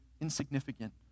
insignificant